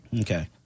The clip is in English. Okay